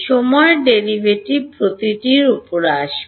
সময় ডেরাইভেটিভ প্রতিটি এর উপরে আসবে